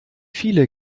viele